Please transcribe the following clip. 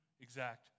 exact